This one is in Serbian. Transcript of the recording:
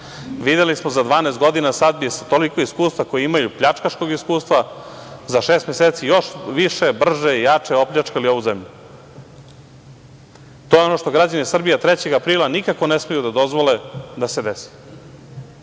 Videli smo za 12 godina. Sada bi sa toliko iskustva koje imaju, pljačkaškog iskustva, za šest meseci još više, brže i jače opljačkali ovu zemlju. To je ono što građani Srbije 3. aprila nikako ne smeju da dozvole da se